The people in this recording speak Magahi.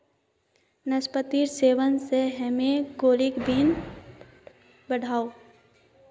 नास्पातिर सेवन से हीमोग्लोबिन बढ़ोह